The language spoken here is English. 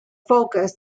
focus